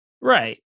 Right